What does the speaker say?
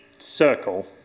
circle